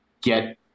get